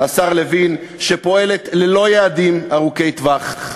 השר לוין, שפועלת ללא יעדים ארוכי טווח,